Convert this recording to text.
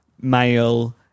male